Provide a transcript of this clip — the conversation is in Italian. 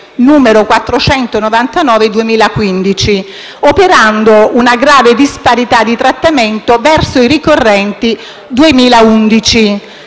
n. 499 del 2015), operando una grave disparità di trattamento verso i ricorrenti del